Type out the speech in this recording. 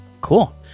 Cool